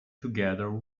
together